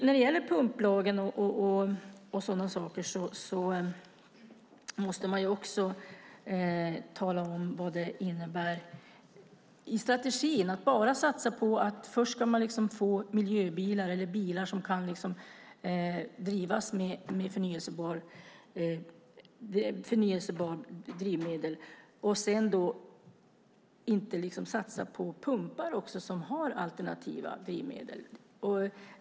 När det gäller pumplagen måste man tala om vad strategin innebär att satsa på bilar som kan drivas med förnybara drivmedel och inte också satsa på pumpar som har alternativa drivmedel.